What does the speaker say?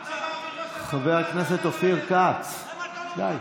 חבר הכנסת אופיר כץ, די.